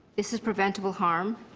this is preventible harm,